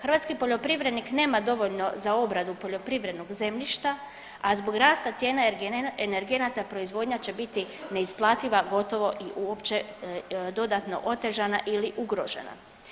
Hrvatski poljoprivrednik nema dovoljno za obradu poljoprivrednog zemljišta, a zbog rasta cijena energenata proizvodnja će biti neisplativa, gotovo i uopće dodatno otežana ili ugrožena.